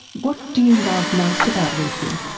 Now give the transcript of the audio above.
what do you love most about lucy?